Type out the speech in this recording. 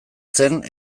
zen